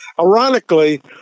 Ironically